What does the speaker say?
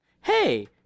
Hey